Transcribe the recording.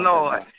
Lord